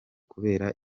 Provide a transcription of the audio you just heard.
kubera